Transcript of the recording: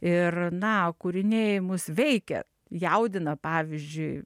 ir na kūriniai mus veikia jaudina pavyzdžiui